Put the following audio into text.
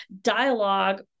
dialogue